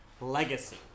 legacy